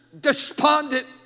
despondent